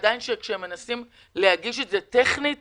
כשמנסים להגיש טכנית